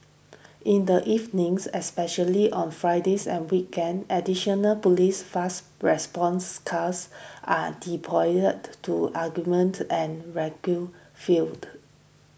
in the evenings especially on Fridays and weekends additional police fast response cars are deployed to augment and regular field